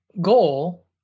goal